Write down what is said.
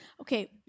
Okay